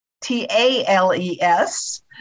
T-A-L-E-S